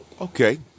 Okay